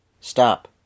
stop